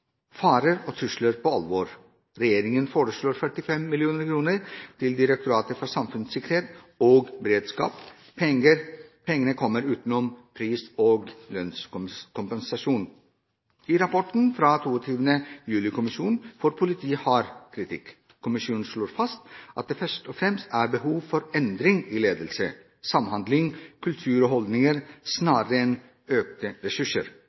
farer og trusler på alvor. Regjeringen foreslår 45 mill. kr til Direktoratet for samfunnssikkerhet og beredskap. Pengene kommer utenom pris- og lønnskompensasjon. I rapporten fra 22. juli-kommisjonen får politiet hard kritikk. Kommisjonen slår fast at det først og fremst er behov for endring i ledelse, samhandling, kultur og holdninger snarere enn økte ressurser,